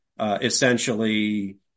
Essentially